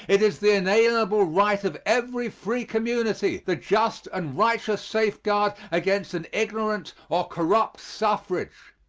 it is the inalienable right of every free community the just and righteous safeguard against an ignorant or corrupt suffrage.